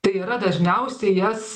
tai yra dažniausiai jas